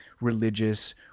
religious